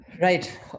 right